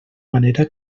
manera